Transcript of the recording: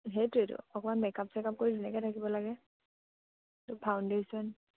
সেইটোৱেইটো অকণমান makeup checkup কৰি ধুনীয়াকে থাকিব লাগে তোৰ ফাউণ্ডেশ্যন